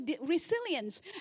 resilience